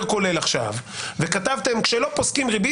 כולל עכשיו וכתבתם: כשלא פוסקים ריבית,